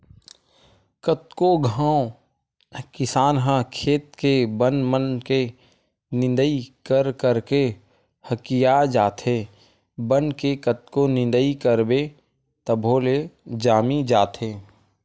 कतको घांव किसान ह खेत के बन मन के निंदई कर करके हकिया जाथे, बन के कतको निंदई करबे तभो ले जामी जाथे